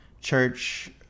church